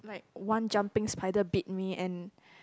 one jumping spider bit me and